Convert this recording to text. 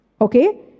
Okay